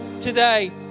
today